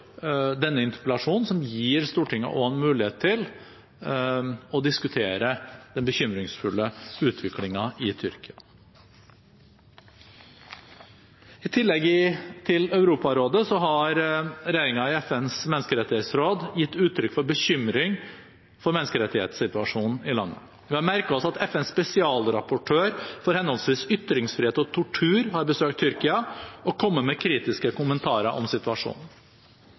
denne interpellasjonen, som gir Stortinget en mulighet til å diskutere den bekymringsfulle utviklingen i Tyrkia. I tillegg til Europarådet har regjeringen i FNs menneskerettighetsråd gitt uttrykk for bekymring for menneskerettighetssituasjonen i landet. Vi har merket oss at FNs spesialrapportører for henholdsvis ytringsfrihet og tortur har besøkt Tyrkia og kommet med kritiske kommentarer om situasjonen.